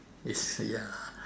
is ya